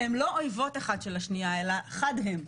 הן לא אויבות אחת של השנייה אלא חד הן,